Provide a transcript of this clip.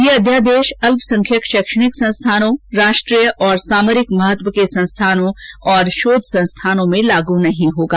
यह अध्यादेश अल्पसंख्यक शैक्षणिक संस्थानों राष्ट्रीय और सामरिक महत्व के संस्थानों और शोध संस्थानों में लागू नहीं होगा